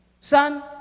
Son